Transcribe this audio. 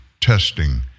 testing